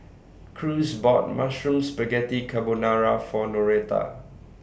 Cruz bought Mushroom Spaghetti Carbonara For Noretta